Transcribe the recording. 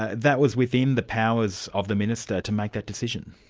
ah that was within the powers of the minister to make that decision?